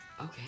Okay